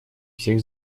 всех